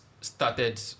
started